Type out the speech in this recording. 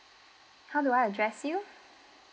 how do I address you